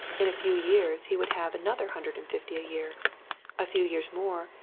in a few years he would have another hundred and fifty a year a few years more,